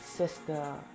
sister